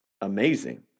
amazing